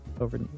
over